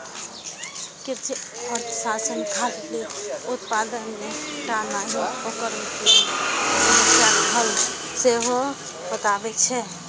कृषि अर्थशास्त्र खाली उत्पादने टा नहि, ओकर वितरण समस्याक हल सेहो बतबै छै